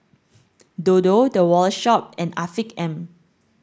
Dodo The Wallet Shop and Afiq M